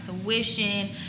tuition